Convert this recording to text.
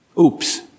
Oops